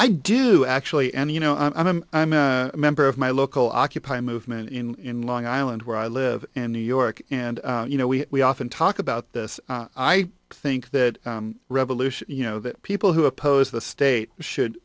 i do actually any you know i'm i'm i'm a member of my local occupy movement in long island where i live in new york and you know we often talk about this i think that revolution you know that people who oppose the state should